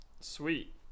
sweet